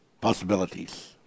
possibilities